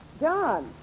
John